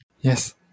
Yes